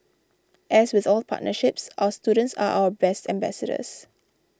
as with all partnerships our students are our best ambassadors